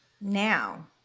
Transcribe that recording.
Now